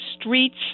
streets